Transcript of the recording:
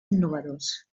innovadors